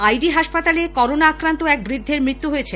ID হাসপাতালে corona আক্রান্ত এক বৃদ্ধের মৃত্যু হয়েছে